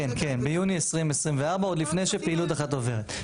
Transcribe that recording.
כן, ביוני 2024, עוד לפני שפעילות אחת עוברת.